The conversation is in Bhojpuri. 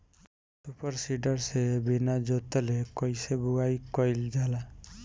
सूपर सीडर से बीना जोतले कईसे बुआई कयिल जाला?